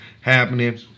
happening